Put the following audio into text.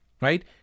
right